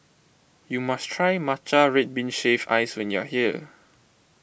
you must try Matcha Red Bean Shaved Ice when you are here